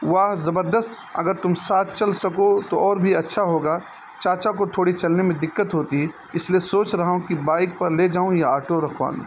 واہ زبردست اگر تم ساتھ چل سکو تو اور بھی اچھا ہوگا چاچا کو تھوڑی چلنے میں دقت ہوتی ہے اس لیے سوچ رہا ہوں کہ بائک پر لے جاؤں یا آٹو رکھوالوں